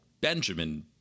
Benjamin